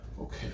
Okay